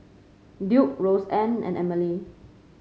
Duke Roseann and Emely